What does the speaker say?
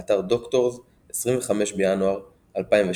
באתר דוקטורס, 25 בינואר 2012